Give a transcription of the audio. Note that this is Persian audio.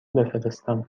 بفرستم